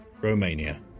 Romania